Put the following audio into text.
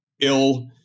ill